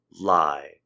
lie